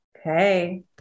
Okay